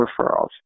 referrals